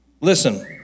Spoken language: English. Listen